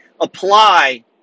apply